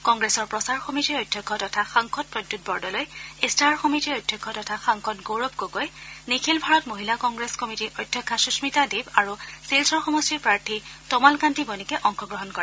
কংগ্ৰেছৰ প্ৰচাৰ সমিতিৰ অধ্যক্ষ তথা সাংসদ প্ৰদ্যুৎ বৰদলৈ ইস্তাহাৰ সমিতিৰ অধ্যক্ষ তথা সাংসদ গৌৰৱ গগৈ নিখিল ভাৰত মহিলা কংগ্ৰেছ কমিটীৰ অধ্যক্ষা সুস্মিতা দেৱ আৰু শিলচৰ সমষ্টিৰ প্ৰাৰ্থী টমালকান্তি বণিকে অংশগ্ৰহণ কৰে